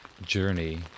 journey